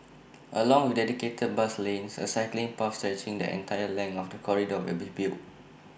along with dedicated bus lanes A cycling path stretching the entire length of the corridor will be built